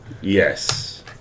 yes